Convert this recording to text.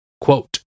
Quote